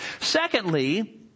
Secondly